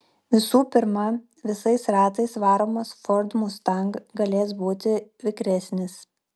visų pirma visais ratais varomas ford mustang galės būti vikresnis